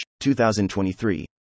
2023